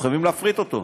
חייבים להפריט אותו.